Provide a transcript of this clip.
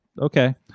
Okay